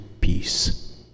peace